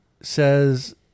says